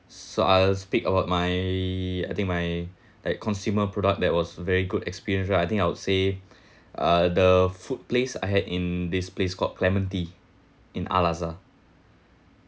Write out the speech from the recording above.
so I'll speak about my I think my like consumer product that was very good experience lah I think I would say uh the food place I had in this place called clementi in al azhar